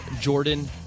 Jordan